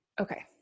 Okay